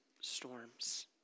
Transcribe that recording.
storms